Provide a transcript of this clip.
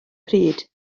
pryd